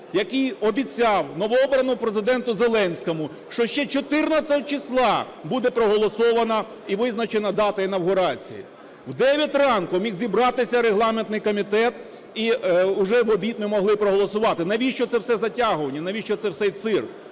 який обіцяв новообраному Президенту Зеленському, що ще 14-го числа буде проголосована і визначена дата інавгурації. В дев'ять ранку міг зібратися регламентний комітет, і уже в обід ми могли проголосувати. Навіщо це все затягування? Навіщо цей весь цирк?